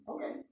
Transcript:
Okay